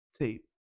tape